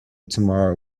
tomorrow